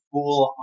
full